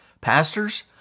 Pastors